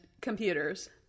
computers